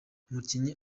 umukinnyi